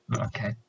okay